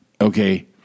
Okay